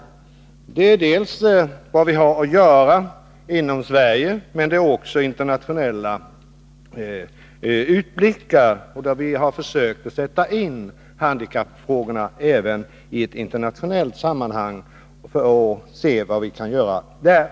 Programmet behandlar dels vad vi har att göra inom Sverige, dels internationella utblickar. Vi har försökt att sätta in handikappfrågorna även i ett internationellt sammanhang för att se vad vi kan göra där.